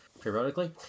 periodically